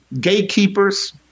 gatekeepers